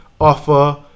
offer